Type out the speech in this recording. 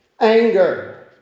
anger